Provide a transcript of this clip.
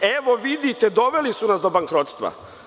Evo vidite, doveli su nas do bankrotstva.